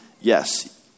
Yes